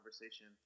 conversation